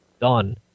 done